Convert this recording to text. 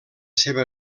seva